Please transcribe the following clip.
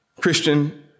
Christian